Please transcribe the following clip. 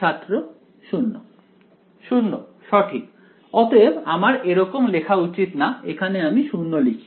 ছাত্র 0 0 সঠিক অতএব আমার এরকম লেখা উচিত না এখানে আমি 0 লিখি